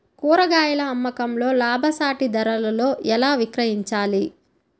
కూరగాయాల అమ్మకంలో లాభసాటి ధరలలో ఎలా విక్రయించాలి?